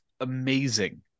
amazing